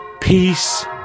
Peace